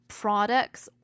products